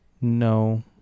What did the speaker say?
No